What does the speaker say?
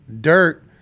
dirt